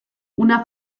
una